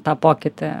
tą pokytį